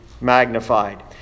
magnified